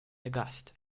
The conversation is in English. aghast